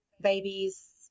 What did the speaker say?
babies